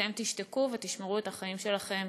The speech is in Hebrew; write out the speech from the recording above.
אתם תשתקו ותשמרו את החיים שלכם